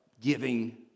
giving